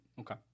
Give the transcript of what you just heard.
Okay